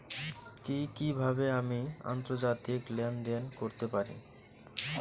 কি কিভাবে আমি আন্তর্জাতিক লেনদেন করতে পারি?